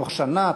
בתוך שנה,